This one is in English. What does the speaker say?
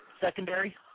secondary